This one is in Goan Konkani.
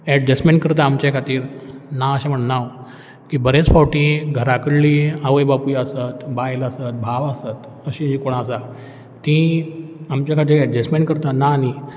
एडजॅसमँट करता आमचे खातीर ना अशें म्हण्णा हांव की बरेच फावटी घरा कळ्ळी आवय बापूय आसात बायल आसात भाव आसात अशीं कोण आसा तीं आमच्या खातीर एडजॅसमँट करता ना न्ही